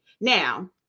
Now